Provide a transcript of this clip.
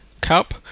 Cup